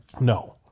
No